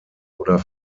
oder